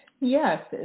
Yes